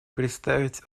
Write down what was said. представить